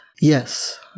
Yes